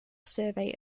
survey